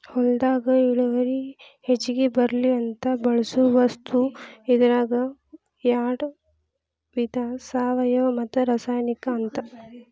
ಹೊಲದಾಗ ಇಳುವರಿ ಹೆಚಗಿ ಬರ್ಲಿ ಅಂತ ಬಳಸು ವಸ್ತು ಇದರಾಗ ಯಾಡ ವಿಧಾ ಸಾವಯುವ ಮತ್ತ ರಾಸಾಯನಿಕ ಅಂತ